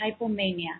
hypomania